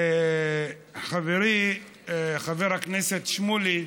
חברי חבר הכנסת שמולי,